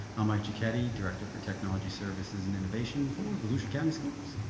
i'm mike cicchetti, director for technology services and innovation for volusia county schools.